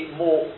more